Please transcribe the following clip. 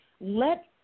let